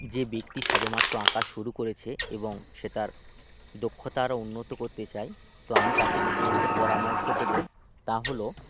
যে ব্যাক্তি সবে মাত্র আঁকা শুরু করেছে এবং সে তার দক্ষতা আরও উন্নত কোত্তে চায় তো আমি তাকে যে সমস্ত পরামর্শ দেবো তা হলো